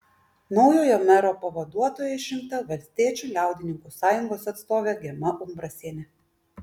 naujojo mero pavaduotoja išrinkta valstiečių liaudininkų sąjungos atstovė gema umbrasienė